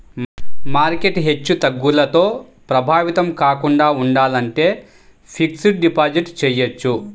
market హెచ్చుతగ్గులతో ప్రభావితం కాకుండా ఉండాలంటే ఫిక్స్డ్ డిపాజిట్ చెయ్యొచ్చు